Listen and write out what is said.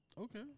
Okay